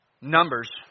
Numbers